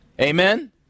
Amen